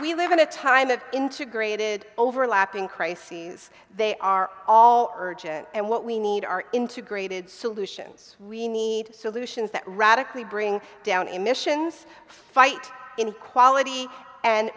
we live in a time of integrated overlapping crises they are all urgent and what we need are integrated solutions we need solutions that radically bring down emissions fight in quality and